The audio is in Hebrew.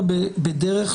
כשגיבור ישראל,